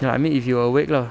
ya I mean if you're awake lah